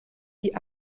die